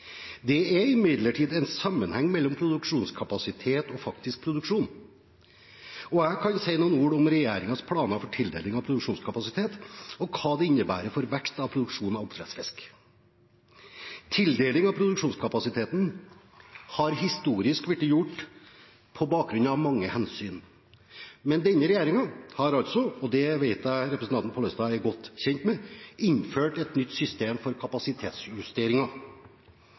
Det er imidlertid en sammenheng mellom produksjonskapasitet og faktisk produksjon, og jeg kan si noen ord om regjeringens planer for tildeling av produksjonskapasitet og hva det innebærer for vekst i produksjonen av oppdrettsfisk. Tildeling av produksjonskapasiteten har historisk blitt gjort på bakgrunn av mange hensyn, men denne regjeringen har – og det vet jeg at representanten Pollestad er godt kjent med – innført et nytt system for kapasitetsjusteringer.